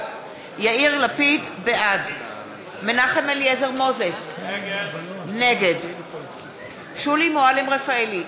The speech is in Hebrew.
בעד מנחם אליעזר מוזס, נגד שולי מועלם-רפאלי,